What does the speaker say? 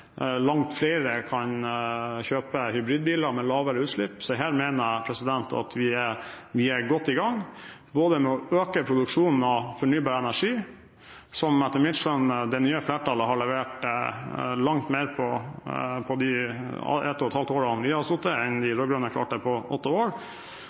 langt flere kan kjøpe hybridbiler med lavere utslipp. Så her mener jeg at vi er godt i gang både med å øke produksjonen av fornybar energi, som etter mitt skjønn det nye flertallet har levert langt mer på i de et og et halvt årene vi har sittet, enn de rød-grønne klarte på åtte år,